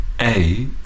A